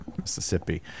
Mississippi